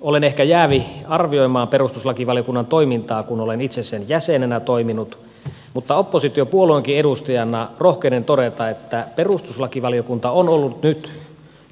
olen ehkä jäävi arvioimaan perustuslakivaliokunnan toimintaa kun olen itse sen jäsenenä toiminut mutta oppositiopuolueenkin edustajana rohkenen todeta että perustuslakivaliokunta on ollut nyt